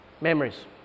Memories